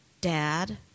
Dad